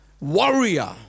warrior